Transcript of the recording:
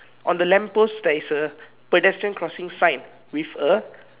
on the lamp post there is a the pedestrian crossing sign with a